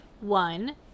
one